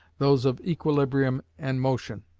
those of equilibrium and motion.